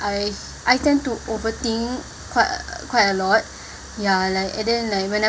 I I tend to overthink quite quite a lot ya like and then like whene~